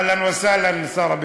אהלן וסהלן, שר הביטחון.